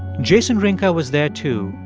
jason rinka was there too,